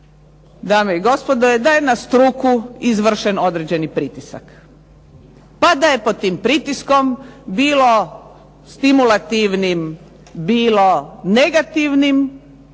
dame i gospodo, da je na struku izvršen određeni pritisak, pa da je pod tim pritiskom bilo stimulativnim bilo negativnim